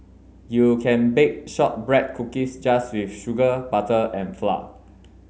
you can bake shortbread cookies just with sugar butter and flour